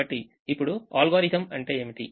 కాబట్టి ఇప్పుడు అల్గోరిథం అంటే ఏమిటి